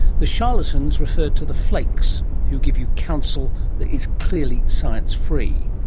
the charlatans referred to the flakes who give you counsel that is clearly science free.